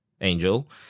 Angel